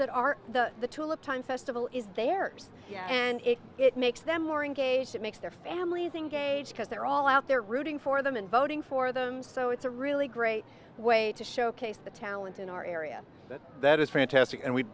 our the the tulip time festival is there and if it makes them more engaged it makes their families engaged because they're all out there rooting for them and voting for them so it's a really great way to showcase the talent in our area that is fantastic and we